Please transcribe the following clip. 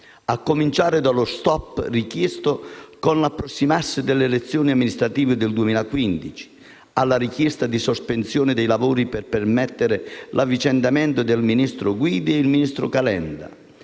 A cominciare dallo stop richiesto con l'approssimarsi delle elezioni amministrative del 2015, alla richiesta di sospensione dei lavori per permettere l'avvicendamento tra il ministro Guidi e il ministro Calenda,